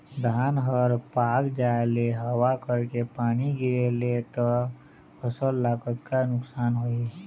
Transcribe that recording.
धान हर पाक जाय ले हवा करके पानी गिरे ले त फसल ला कतका नुकसान होही?